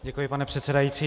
Děkuji, pane předsedající.